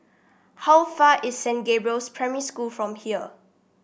how far is Saint Gabriel's Primary School from here